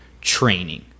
training